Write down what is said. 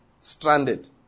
stranded